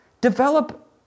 Develop